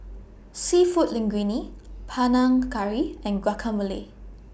Seafood Linguine Panang Curry and Guacamole